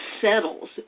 settles